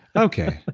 okay.